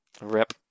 rip